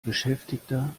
beschäftigter